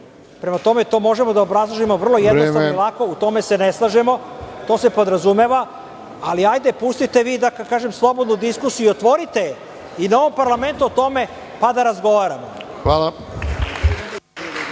Prema tome, to možemo da obrazložimo vrlo jednostavno i lako. U tome se ne slažemo. To se podrazumeva, ali hajde pustite vi slobodnu diskusiju, otvorite je na ovom parlamentu, pa da razgovaramo o